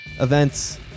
events